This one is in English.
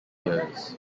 years